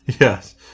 Yes